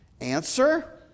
Answer